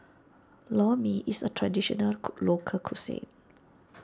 Lor Mee is a traditional co local cuisine